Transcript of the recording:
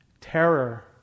terror